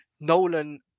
Nolan